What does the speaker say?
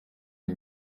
iyi